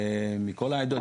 מכל העדות,